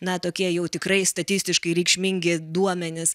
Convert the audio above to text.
na tokie jau tikrai statistiškai reikšmingi duomenys